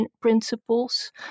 principles –